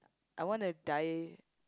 I wanna die